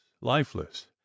lifeless